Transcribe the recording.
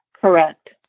Correct